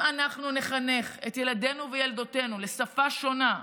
אם אנחנו נחנך את ילדינו וילדותינו לשפה שונה,